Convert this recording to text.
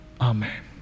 Amen